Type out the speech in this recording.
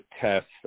tests